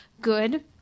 good